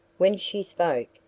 when she spoke,